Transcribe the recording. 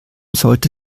sollte